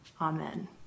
Amen